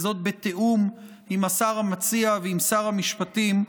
בתיאום עם השר המציע ועם שר המשפטים,